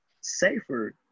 safer